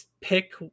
pick